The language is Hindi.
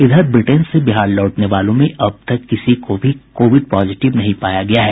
इधर ब्रिटेन से बिहार लौटने वालों में से अब तक किसी को भी कोविड पॉजिटिव नहीं पाया गया है